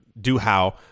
do-how